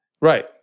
Right